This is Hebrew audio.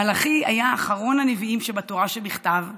מלאכי היה אחרון הנביאים בתורה שבכתב.